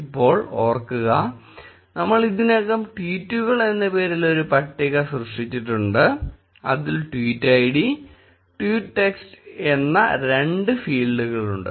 ഇപ്പോൾഓർക്കുക നമ്മൾ ഇതിനകം ട്വീറ്റുകൾ എന്ന പേരിൽ ഒരു പട്ടിക സൃഷ്ടിച്ചിട്ടുണ്ട് അതിൽ ട്വീറ്റ് ഐഡി ട്വീറ്റ് ടെക്സ്റ്റ് എന്ന രണ്ട് ഫീൽഡുകളുണ്ട്